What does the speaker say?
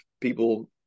people